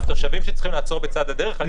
בתושבים שצריכים לעצור בצד הדרך?